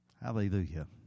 Hallelujah